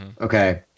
Okay